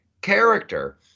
character